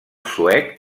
suec